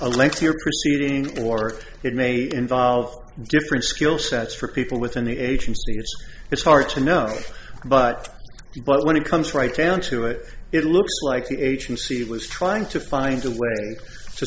lengthier proceeding or it may involve different skill sets for people within the agency it's hard to know but when it comes right down to it it looks like the agency was trying to find a way